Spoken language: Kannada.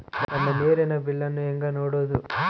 ನನ್ನ ನೇರಿನ ಬಿಲ್ಲನ್ನು ಹೆಂಗ ನೋಡದು?